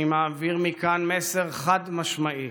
אני מעביר מכאן מסר חד-משמעי: